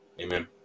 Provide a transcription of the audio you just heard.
Amen